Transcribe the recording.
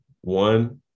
one